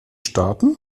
staaten